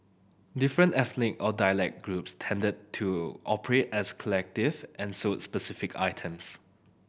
different ethnic or dialect groups tended to operate as collective and sold specific items